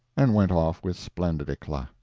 and went off with splendid eclat.